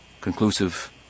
conclusive